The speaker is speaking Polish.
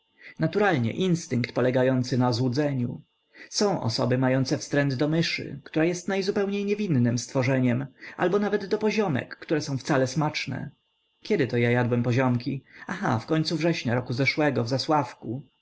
naturalnie instynkt polegający na złudzeniu są osoby mające wstręt do myszy która jest zupełnie niewinnem stworzeniem albo nawet do poziomek które są wcale smaczne kiedy to ja jadłem poziomki aha w końcu września roku zeszłego w zasławku